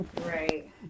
Right